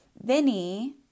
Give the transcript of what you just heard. Vinny